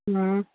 ꯑ